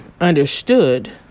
understood